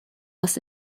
was